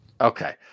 Okay